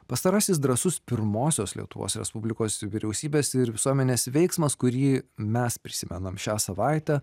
pastarasis drąsus pirmosios lietuvos respublikos vyriausybės ir visuomenės veiksmas kurį mes prisimenam šią savaitę